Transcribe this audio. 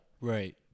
right